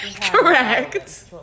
Correct